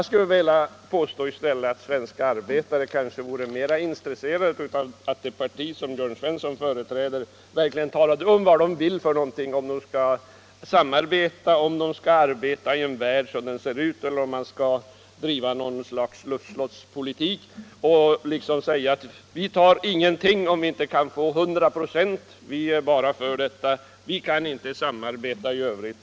I stället vill jag säga att de svenska arbetarna kanske skulle vara 31 maj 1975 mera intresserade av att man i det parti som Jörn Svensson företräder talade om vad man vill, om man skall samarbeta och arbeta i vår värld — Allmänna pensionssådan som den ser ut eller om man vill driva något slags luftslottspolitik — fondens fjärde och säga att vi tar ingenting, om vi inte får alltsammans. Vi är bara — fondstyrelses för ett hundraprocentigt övertagande. Vi kan inte samarbeta i övrigt.